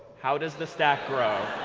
how does the stack grow?